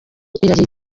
iragira